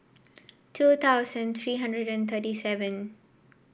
two thousand three hundred and thirty seven